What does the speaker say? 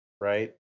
Right